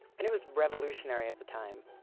and it was revolutionary at the time.